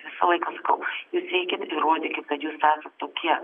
visą laiką sakau jūs eikit įrodykit kad jūs esat tokie